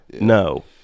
no